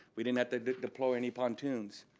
we didn't have to deploy any pontoons.